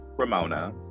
Ramona